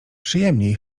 przyjemniej